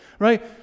Right